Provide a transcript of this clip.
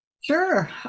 Sure